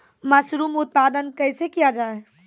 Mushroom उत्पादन कैसे किया जाय?